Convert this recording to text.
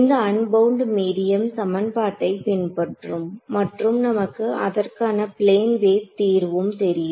இந்த unbound medium சமன்பாட்டை பின்பற்றும் மற்றும் நமக்கு அதற்கான பிளேன் வேவ் தீர்வும் தெரியும்